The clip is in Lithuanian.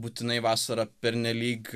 būtinai vasarą pernelyg